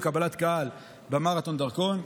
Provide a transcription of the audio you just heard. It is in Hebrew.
בקבלת קהל במרתון דרכון.